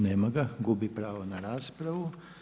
Nema ga, gubi pravo na raspravu.